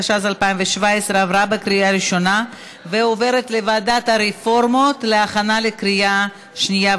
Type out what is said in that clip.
התשע"ז 2017 לוועדה המיוחדת לדיון בהצעת חוק התכנון והבנייה (תיקון,